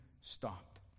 stopped